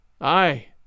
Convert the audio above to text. Aye